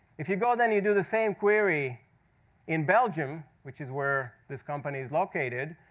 if you go then, you do the same query in belgium, which is where this company is located,